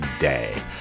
day